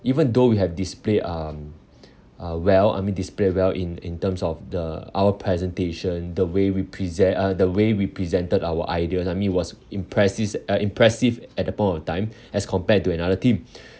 even though we have display um uh well I mean display well in in terms of the our presentation the way we present uh the way we presented our ideas I mean it was impresses uh impressive at the point of time as compared to another team